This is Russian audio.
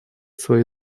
свои